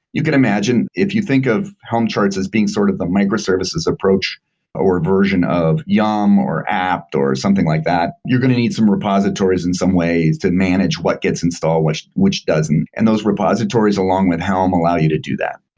you could imagine, if you think of helm charts as being sort of the micro services approach or version of yum or apt or something like that, you're going to need some repositories in some ways to manage what gets install, which which doesn't, and those repositories along with helm allow you to do that.